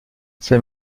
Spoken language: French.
ces